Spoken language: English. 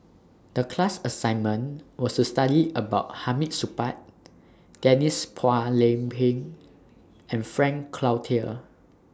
The class assignment was to study about Hamid Supaat Denise Phua Lay Peng and Frank Cloutier